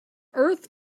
earth